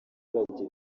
abaturage